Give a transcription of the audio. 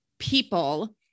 People